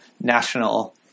national